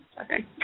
Okay